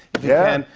yeah. and